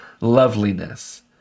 loveliness